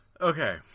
Okay